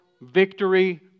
Victory